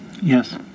Yes